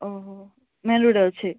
main road ଅଛେ